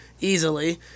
easily